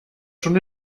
schon